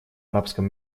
арабском